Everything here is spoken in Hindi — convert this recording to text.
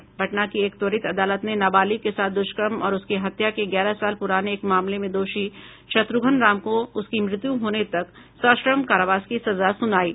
पटना की एक त्वरित अदालत ने नाबालिग के साथ दुष्कर्म और उसकी हत्या के ग्यारह साल पुराने एक मामले में दोषी शत्रुघ्न राम को उसकी मृत्यु होने तक सश्रम कारावास की सजा सुनायी